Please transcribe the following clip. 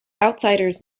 outsiders